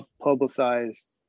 publicized